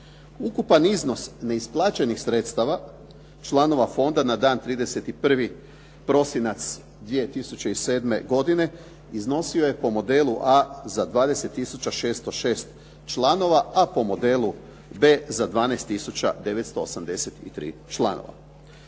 Ukupan iznos neisplaćenih sredstava članova fonda na dan 31. prosinac 2007. godine iznosio je po modelu a za 20606 članova, a po modelu b za 12983 članova.